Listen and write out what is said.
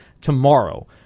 tomorrow